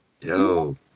Yo